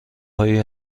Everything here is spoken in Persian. هایی